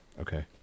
Okay